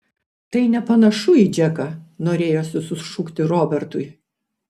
tai nepanašu į džeką norėjosi sušukti robertui